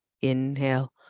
Inhale